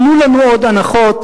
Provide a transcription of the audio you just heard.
תנו לנו עוד הנחות.